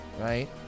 right